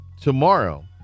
tomorrow